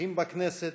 בכנסת.